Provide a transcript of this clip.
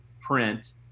print